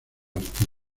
artista